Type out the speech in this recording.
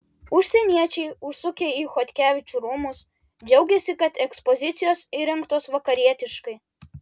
užsieniečiai užsukę į chodkevičių rūmus džiaugiasi kad ekspozicijos įrengtos vakarietiškai